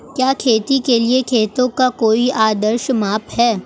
क्या खेती के लिए खेतों का कोई आदर्श माप है?